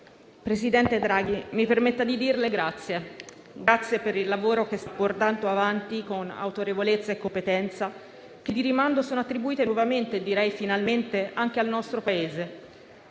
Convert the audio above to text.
Presidente Draghi, mi permetta di dirle grazie. Grazie per il lavoro che sta portando avanti con autorevolezza e competenza, che di rimando sono attribuite nuovamente - e direi finalmente - anche al nostro Paese.